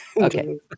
Okay